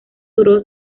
duró